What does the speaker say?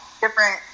different